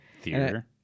Theater